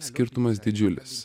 mišinį skirtumas didžiulis